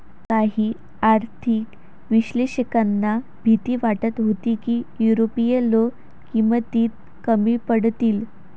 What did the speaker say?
काही आर्थिक विश्लेषकांना भीती वाटत होती की युरोपीय लोक किमतीत कमी पडतील